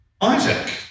Isaac